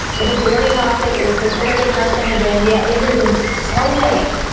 it is very toxic it is considered a carcinogen yet it is in so many,